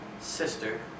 sister